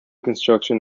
construction